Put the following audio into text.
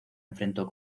enfrentó